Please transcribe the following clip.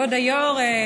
כבוד היושב-ראש,